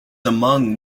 among